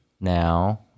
now